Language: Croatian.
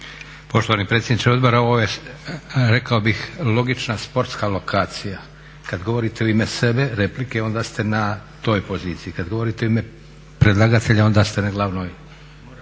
Poštovani predsjedniče odbora ovo je rekao bih logična sportska lokacija, kad govorite u ime sebe replike onda ste na toj poziciji, kad govorite u ime predlagatelja onda ste na glavnoj.